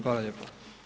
Hvala lijepa.